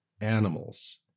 animals